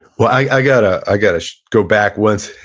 well, i gotta i gotta go back once,